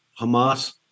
Hamas